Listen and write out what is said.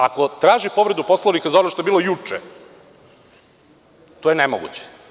Ako traži povredu Poslovnika zato što je bilo juče, to je nemoguće.